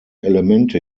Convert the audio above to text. elemente